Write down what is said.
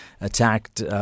attacked